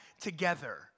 together